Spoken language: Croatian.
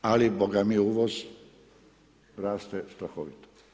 Ali, bogami uvoz raste strahovito.